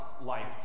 life